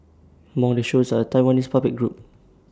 among the shows are A Taiwanese puppet group